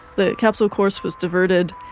the capsule course was diverted.